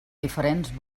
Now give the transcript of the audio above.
diferents